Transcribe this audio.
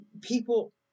people